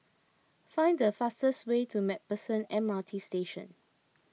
find the fastest way to MacPherson M R T Station